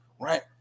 right